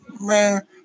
man